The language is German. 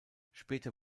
später